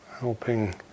Helping